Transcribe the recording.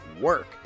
work